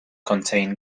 contain